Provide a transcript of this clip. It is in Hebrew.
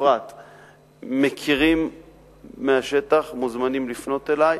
בפרט מכירים מהשטח, מוזמנים לפנות אלי.